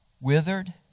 withered